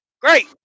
Great